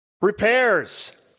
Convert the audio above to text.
Repairs